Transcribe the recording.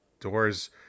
Doors